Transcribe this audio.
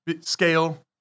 scale